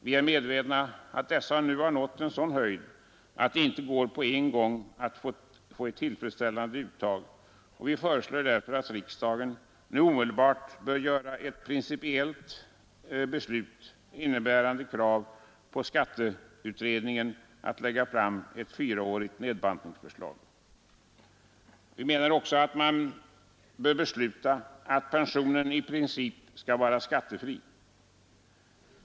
Vi är medvetna om att dessa nu nått en sådan höjd, att det inte går att på en gång få ett tillfredsställande uttag. Vi föreslår därför att riksdagen omedelbart skall fatta ett principbeslut, innebärande krav till skatteutredningen att lägga fram ett fyraårigt nedbantningsförslag. Vi menar också att riksdagen bör besluta att folkpensionen i princip skall vara skattefri.